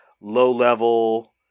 low-level